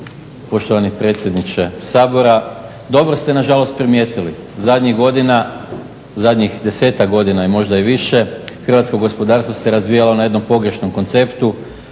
hrvatsko gospodarstvo se razvijalo na jednom pogrešnom konceptu